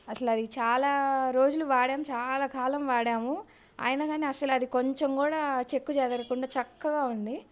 అసలు అది చాలా రోజులు వాడాం చాలా కాలం వాడాం అయిన కానీ అసలు అది కొంచెం కూడా చెక్కుచెదరకుండా చక్కగా ఉంది